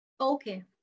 Okay